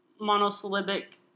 monosyllabic